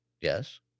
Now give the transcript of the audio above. Yes